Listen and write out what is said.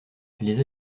les